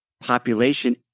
population